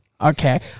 Okay